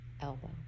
elbow